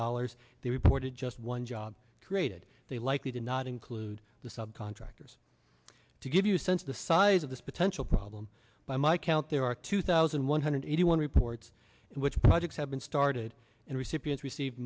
dollars they reported just one job created they likely did not include the subcontractors to give you a sense the size of this potential problem by my count there are two thousand one hundred eighty one reports in which projects have been started and recipients receive